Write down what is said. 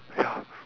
ya